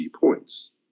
points